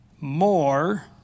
more